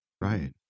Right